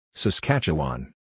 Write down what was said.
Saskatchewan